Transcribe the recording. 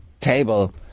table